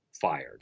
fired